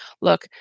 look